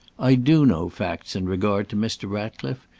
i do know facts in regard to mr. ratcliffe,